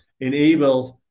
enables